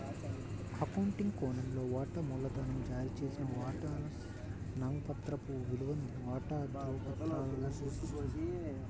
accounting కోణంలో, వాటా మూలధనం జారీ చేసిన వాటాల నామమాత్రపు విలువను వాటా ధృవపత్రాలలో సూచిస్తుంది